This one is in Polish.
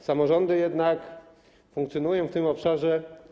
Samorządy jednak funkcjonują w tym obszarze.